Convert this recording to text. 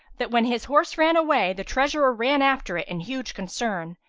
that when his horse ran away, the treasurer ran after it in huge concern,